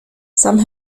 some